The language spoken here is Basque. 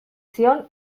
zion